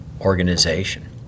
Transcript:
organization